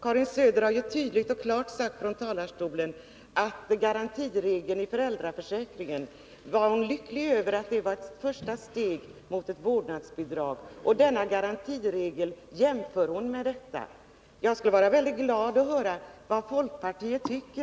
Karin Söder har ju tydligt och klart sagt från talarstolen att hon är lycklig över garantiregeln i föräldraförsäkringen, som ett första steg mot ett vårdnadsbidrag. Och denna garantiregel för hemarbetande jämställer hon med garantiregeln inom föräldraförsäkringen. Jag skulle vara väldigt glad att få höra vad folkpartiet tycker...